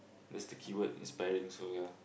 that's the keyword inspiring so